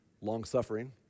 long-suffering